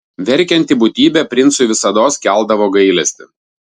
verkianti būtybė princui visados keldavo gailestį